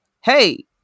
Hey